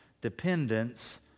dependence